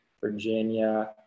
Virginia